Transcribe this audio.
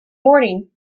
morning